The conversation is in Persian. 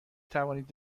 توانید